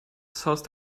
south